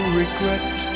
regret